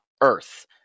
earth